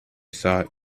thought